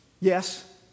Yes